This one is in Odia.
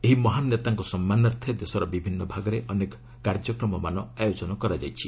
ଏହି ମହାନ ନେତାଙ୍କ ସମ୍ମାନାର୍ଥେ ଦେଶର ବିଭିନ୍ନ ଭାଗରେ ଅନେକ କାର୍ଯ୍ୟକ୍ରମମାନ ଆୟୋଜନ କରାଯାଉଛି